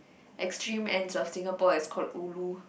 extreme ends of Singapore is called ulu